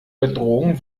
bedrohung